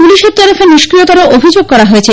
পুলিশের তরফে নিঞ্রিয়তারও অভিযোগ করা হয়েছে